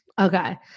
Okay